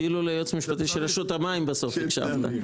אפילו ליועץ המשפטי של רשות המים בסוף הקשבת,